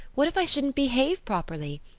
what if i shouldn't behave properly?